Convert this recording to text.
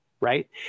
right